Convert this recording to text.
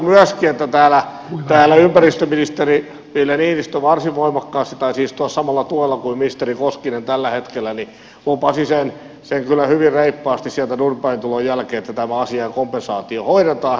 muistan myöskin että täällä ympäristöministeri ville niinistö varsin voimakkaasti tai siis tuolla samalla tuolilla kuin ministeri koskinen tällä hetkellä lupasi sen kyllä hyvin reippaasti sieltä durbanista tulon jälkeen että tämä asia ja kompensaatio hoidetaan